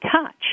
touch